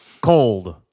Cold